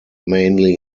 mainly